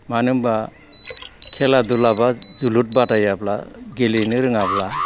मोनो होनोबो खेला दुला बा जोलुर बादायाब्ला गेलेनो रोङाब्ला